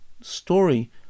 story